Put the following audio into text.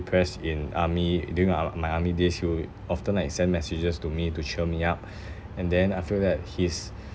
depressed in army during ar~ my army days he will often like send messages to me to cheer me up and then I feel that his